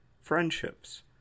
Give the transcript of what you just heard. Friendships